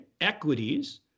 equities